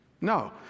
No